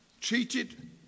treated